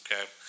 okay